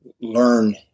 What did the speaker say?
learn